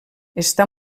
està